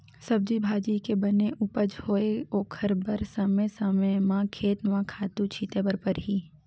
सब्जी भाजी के बने उपज होवय ओखर बर समे समे म खेत म खातू छिते बर परही